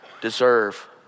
deserve